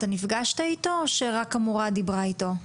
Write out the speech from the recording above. האם נפגשת איתו או שרק המורה דיברה איתו?